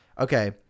okay